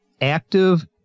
Active